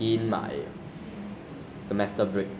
so how about you is it the same situation